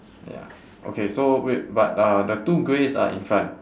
ya okay so wait but uh the two greys are infront